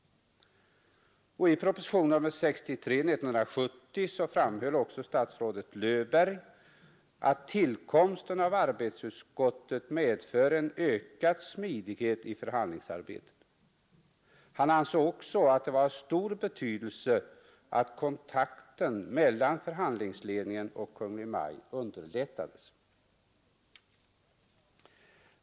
I propositionen 63 år 1970 framhöll också statsrådet Löfberg att tillkomsten av arbetsutskottet medför en ökad smidighet i förhandlingsarbetet. Han ansåg också att det var av stor betydelse att kontakten mellan förhandlingsledningen och Kungl. Maj:t underlättades.